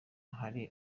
hari